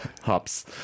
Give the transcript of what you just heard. Hops